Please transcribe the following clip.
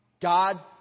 God